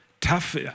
tough